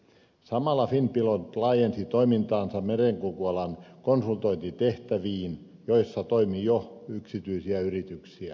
samalla finnpilot laajensi toimintaansa merenkulkualan konsultointitehtäviin joissa toimi jo yksityisiä yrityksiä